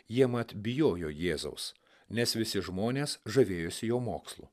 jie mat bijojo jėzaus nes visi žmonės žavėjosi jo mokslu